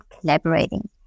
collaborating